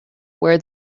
where